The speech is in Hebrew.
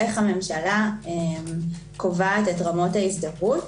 איך הממשלה קובעת את רמות ההזדהות.